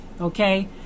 Okay